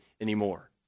anymore